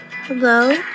Hello